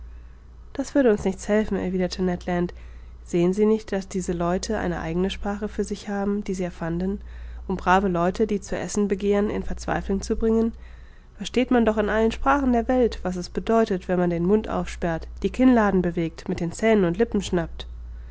das würde uns nichts helfen erwiderte ned land sehen sie nicht daß diese leute eine eigene sprache für sich haben die sie erfanden um brave leute die zu essen begehren in verzweiflung zu bringen versteht man doch in allen sprachen der welt was es bedeutet wenn man den mund aufsperrt die kinnladen bewegt mit den zähnen und lippen schnappt